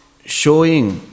showing